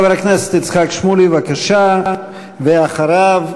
חבר הכנסת איציק שמולי, בבקשה, ואחריו,